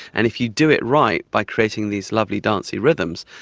and if you do it right by creating these lovely dancey rhythms,